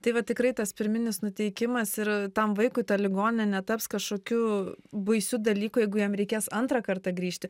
tai va tikrai tas pirminis nuteikimas ir tam vaikui ta ligoninė netaps kažkokiu baisiu dalyku jeigu jam reikės antrą kartą grįžti